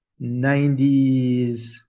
90s